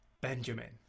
Benjamin